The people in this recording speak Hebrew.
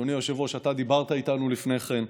אדוני היושב-ראש, אתה דיברת איתנו לפני כן.